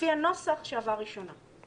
לפי הנוסח שעבר קריאה ראשונה.